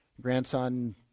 Grandson